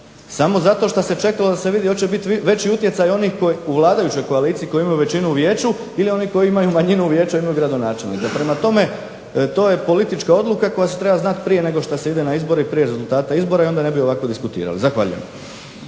samo zato šta se čekalo da se vidi hoće li biti veći utjecaj onih u vladajućoj koaliciji koji imaju većinu u vijeću ili oni koji imaju manjinu u vijeću jednog gradonačelnika. Prema tome, to je politička odluka koja se treba znati prije nego što se ide na izbore i prije rezultata izbora i onda ne bi ovako diskutirali. Zahvaljujem.